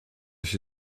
się